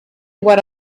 what